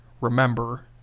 remember